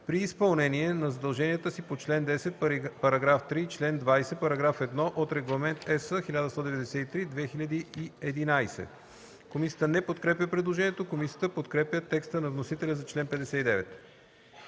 при изпълнение на задълженията си по чл. 10, параграф 3 и чл. 20, параграф 1 от Регламент (ЕС) № 1193/2011.” Комисията не подкрепя предложението. Комисията подкрепя текста на вносителя за чл. 59.